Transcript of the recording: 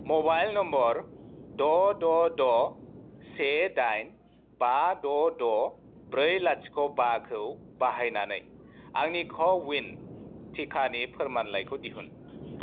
mobile number द' द' द' से दाइन बा द' द' ब्रै लाथिख' बाखौ बाहायनानै आंनि क'विन टिकानि फोरमानलाइखौ दिहुन